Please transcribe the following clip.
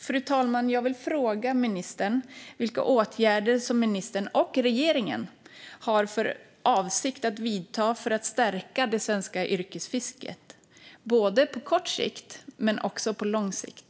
Fru talman! Jag vill fråga ministern vilka åtgärder som hon och regeringen har för avsikt att vidta för att stärka det svenska yrkesfisket, både på kort och på lång sikt.